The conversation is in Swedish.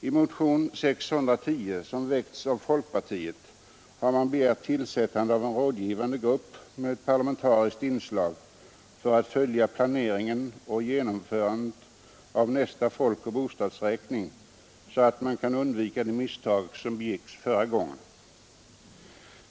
I motionen 610, väckt av folkpartiet, har begärts tillsättandet av en rådgivande grupp med parlamentariskt inslag, som skall följa planeringen och genomförandet av nästa folkoch bostadsräkning, så att man kan undvika de misstag som begicks förra gången.